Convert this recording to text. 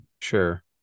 Sure